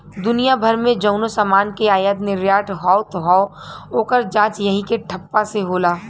दुनिया भर मे जउनो समान के आयात निर्याट होत हौ, ओकर जांच यही के ठप्पा से होला